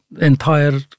entire